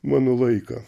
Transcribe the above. mano laiką